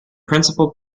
principal